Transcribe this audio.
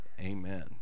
amen